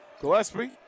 Gillespie